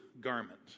garment